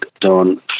done